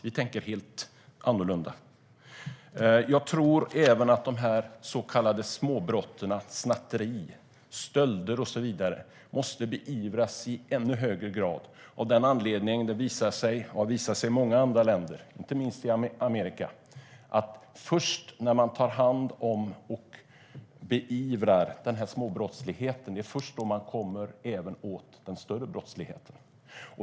Vi tänker helt annorlunda. Jag tror även att de så kallade småbrotten - snatteri, stölder och så vidare - måste beivras i ännu högre grad. Det har visat sig i många andra länder, inte minst i Amerika, att det är först när man tar hand om och beivrar småbrottsligheten som man kommer åt den större brottsligheten.